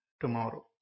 tomorrow